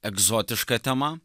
egzotiška tema